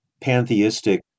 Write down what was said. pantheistic